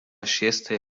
šiestej